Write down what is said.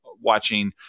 watching